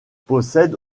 possède